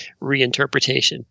reinterpretation